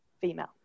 female